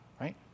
right